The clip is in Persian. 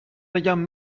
بگم